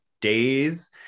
days